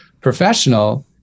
professional